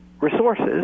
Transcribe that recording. resources